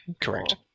Correct